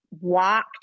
walked